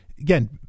Again